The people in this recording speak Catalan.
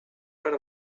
per